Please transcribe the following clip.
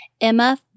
Emma